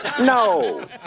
No